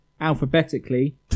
alphabetically